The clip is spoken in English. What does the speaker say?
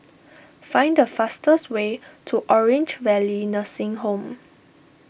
find the fastest way to Orange Valley Nursing Home